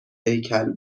هیکل